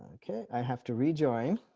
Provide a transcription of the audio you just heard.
i have to rejoin